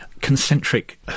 concentric